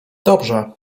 dobrze